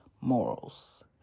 morals